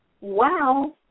Wow